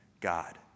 God